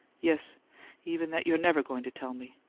yes even that you're never going to tell me.